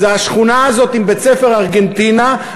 זו השכונה הזאת עם בית-ספר ארגנטינה,